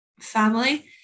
family